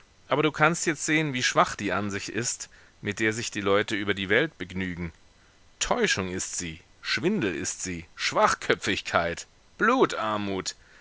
aber du kannst jetzt sehen wie schwach die ansicht ist mit der sich die leute über die welt begnügen täuschung ist sie schwindel ist sie schwachköpfigkeit